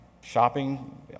shopping